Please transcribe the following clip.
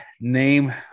name